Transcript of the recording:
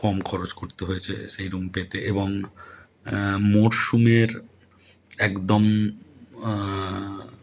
কম খরচ করতে হয়েছে সেই রুম পেতে এবং মরসুমের একদম